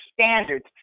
standards